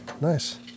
nice